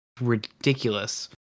ridiculous